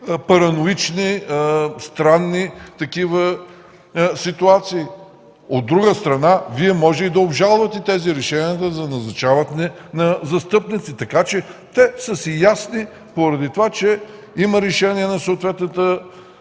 параноични странни ситуации. От друга страна, Вие може и да обжалвате тези решения за назначаване на застъпници. Те са си ясни, поради това че има решение на съответната